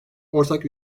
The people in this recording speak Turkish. ortak